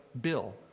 bill